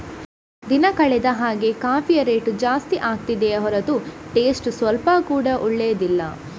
ದಿನ ಕಳೆದ ಹಾಗೇ ಕಾಫಿಯ ರೇಟು ಜಾಸ್ತಿ ಆಗ್ತಿದೆಯೇ ಹೊರತು ಟೇಸ್ಟ್ ಸ್ವಲ್ಪ ಕೂಡಾ ಒಳ್ಳೇದಿಲ್ಲ